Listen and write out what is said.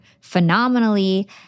phenomenally